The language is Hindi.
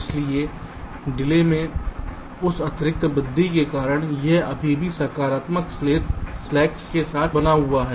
इसलिए डिले में इस अतिरिक्त वृद्धि के कारण यह अभी भी सकारात्मक स्लैक्स के साथ बना हुआ है